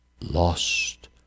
lost